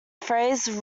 phrase